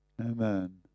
Amen